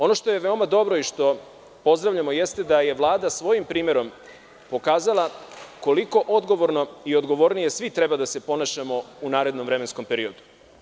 Ono što je veoma dobro i što pozdravljamo jeste da je Vlada svojim primerom pokazala koliko odgovorno i odgovornije treba svi da se ponašamo u narednom vremenskom periodu.